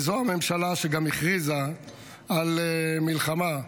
וזו הממשלה שגם הכריזה על המלחמה,